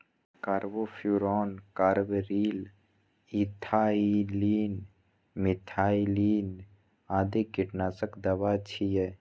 carbofuran, carbaryl, ethylene, methylene आदि कीटनाशक दवा छियै